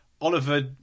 Oliver